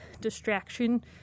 Distraction